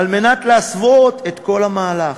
על מנת להסוות את כל המהלך.